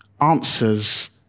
answers